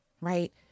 right